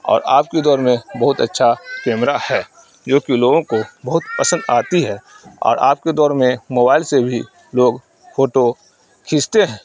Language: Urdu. اور آج کے دور میں بہت اچھا کیمرہ ہے جو کہ لوگوں کو بہت پسند آتی ہے اور اب کے دور میں موبائل سے بھی لوگ فوٹو کھیچتے ہیں